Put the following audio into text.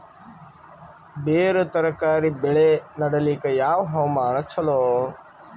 ಬೇರ ತರಕಾರಿ ಬೆಳೆ ನಡಿಲಿಕ ಯಾವ ಹವಾಮಾನ ಚಲೋ?